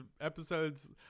episodes